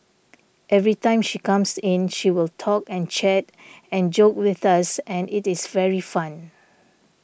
every time she comes in she will talk and chat and joke with us and it is very fun